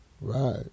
Right